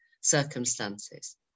circumstances